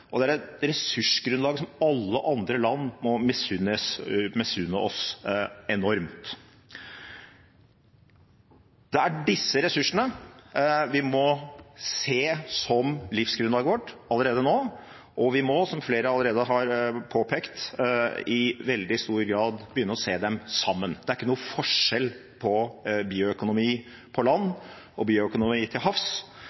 ressursgrunnlag som alle andre land må misunne oss enormt. Det er disse ressursene vi må se som livsgrunnlaget vårt, allerede nå, og vi må, som flere allerede har påpekt, i veldig stor grad begynne å se dem sammen. Det er ikke noen forskjell på bioøkonomi på land og bioøkonomi til havs.